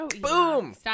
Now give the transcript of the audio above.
Boom